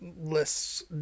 lists